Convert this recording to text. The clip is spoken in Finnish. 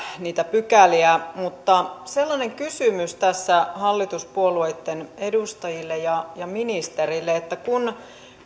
niitä pykäliä mutta kysymys tässä hallituspuolueitten edustajille ja ja ministerille kun